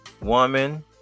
Woman